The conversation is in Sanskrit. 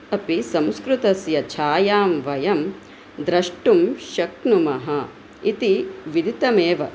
अपि संस्कृतस्य छायां वयं द्रष्टुं शक्नुमः इति विदितमेव